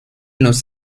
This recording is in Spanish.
los